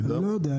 אני לא יודע,